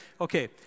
Okay